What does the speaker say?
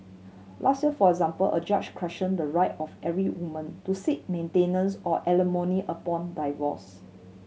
last year for example a judge questioned the right of every woman to seek maintenance or alimony upon divorce